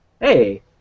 Hey